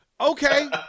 Okay